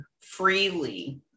freely